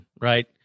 right